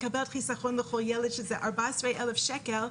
מקבלת חיסכון לכל ילד שזה 14,000 שקלים,